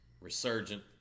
resurgent